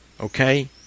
okay